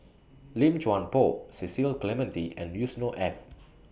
Lim Chuan Poh Cecil Clementi and Yusnor Ef